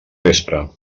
vespre